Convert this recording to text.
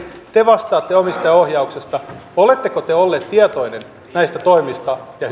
te vastaatte omistajaohjauksesta oletteko te ollut tietoinen näistä toimista ja